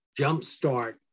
jumpstart